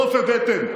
בסוף הבאתם,